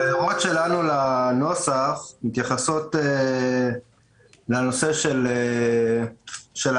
ההערות שלנו לנוסח מתייחסות לנושא של ההחרגה.